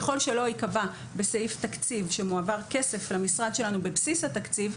ככל שלא יקבע בסעיף תקציב שמועבר כסף למשרד שלנו בבסיס התקציב,